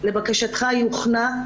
לבקשתך היא הוכנה.